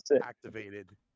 activated